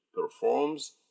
performs